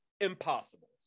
Impossible